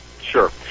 Sure